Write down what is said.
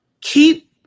keep